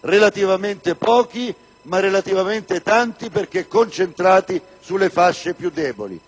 relativamente pochi, ma relativamente tanti perché concentrati sulle fasce più deboli.